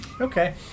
Okay